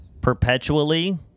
perpetually